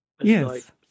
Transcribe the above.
Yes